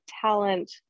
talent